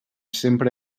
sempre